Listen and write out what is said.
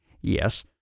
Yes